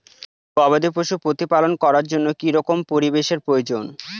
গবাদী পশু প্রতিপালন করার জন্য কি রকম পরিবেশের প্রয়োজন?